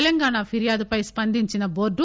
తెలంగాణ ఫిర్యాదుపై స్పందించిన బోర్డు